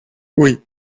oui